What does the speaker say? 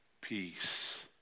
peace